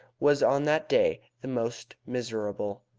was on that day the most miserable.